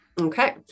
Okay